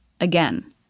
Again